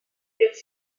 beth